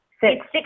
six